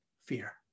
fear